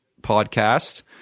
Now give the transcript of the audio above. podcast